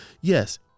yes